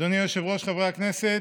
אדוני היושב-ראש, חברי הכנסת,